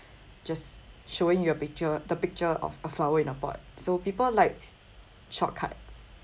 just showing your picture the picture of a flower in a pot so people likes shortcuts